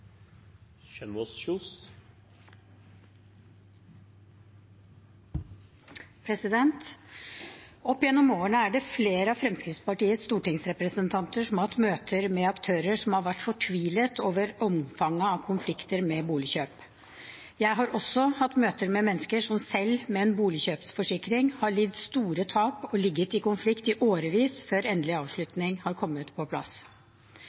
hun refererte til. Opp gjennom årene er det flere av Fremskrittspartiets stortingsrepresentanter som har hatt møter med aktører som har vært fortvilet over omfanget av konflikter ved boligkjøp. Jeg har også hatt møter med mennesker som selv med en boligkjøpsforsikring har lidd store tap og ligget i konflikt i årevis før endelig avslutning har kommet på plass.